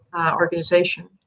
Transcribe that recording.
organization